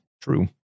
true